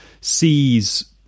sees